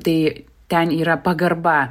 tai ten yra pagarba